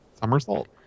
Somersault